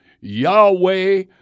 yahweh